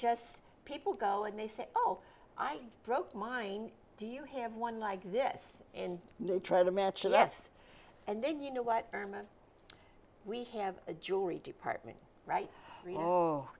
just people go and they say oh i broke mine do you have one like this and try to match us and then you know what we have a jewelry department right oh